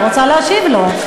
אני רוצה להשיב לו.